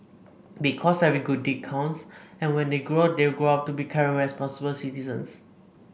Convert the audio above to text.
because every good deed counts and when they grow up they will grow up to be caring responsible citizens